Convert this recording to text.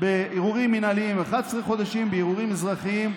בערעורים מינהליים, 11 חודשים, בערעורים אזרחיים,